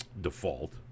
default